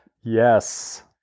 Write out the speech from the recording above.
Yes